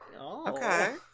Okay